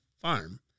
farm